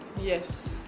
Yes